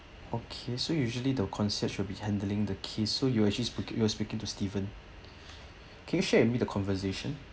okay so usually the concierge will be handling the key so you actually speak you are speaking to steven can share with me the conversation